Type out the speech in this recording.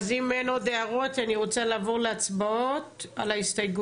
אז אם אין עוד הערות אני רוצה לעבור להצבעות על ההסתייגויות.